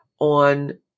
on